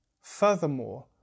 Furthermore